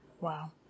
Wow